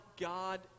God